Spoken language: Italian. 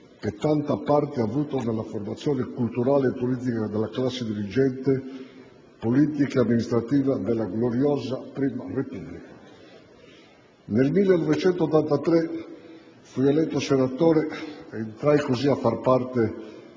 che tanta parte ha avuto nella formazione culturale e politica della classe dirigente, politica ed amministrativa della gloriosa Prima Repubblica. Nel 1983 fui eletto senatore ed entrai così a far parte